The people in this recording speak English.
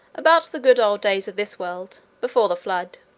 about the good old days of this world before the flood.